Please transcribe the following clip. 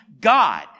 God